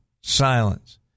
silence